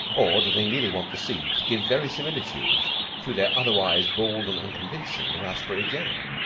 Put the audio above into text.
or do they merely want the seed to give verisimilitude to their otherwise bald and unconvincing raspberry jam?